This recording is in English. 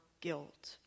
guilt